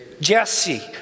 Jesse